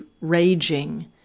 raging